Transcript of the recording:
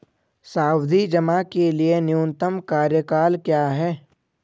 सावधि जमा के लिए न्यूनतम कार्यकाल क्या है?